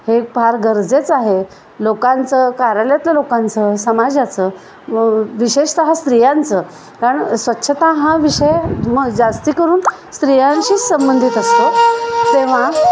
हे फार गरजेच आहे लोकांचं कार्यालयातलं लोकांचं समाजाचं व विशेषतः स्त्रियांचं कारण स्वच्छता हा विषय म जास्ती करून स्त्रियांशीच संबंधित असतो तेव्हा